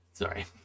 Sorry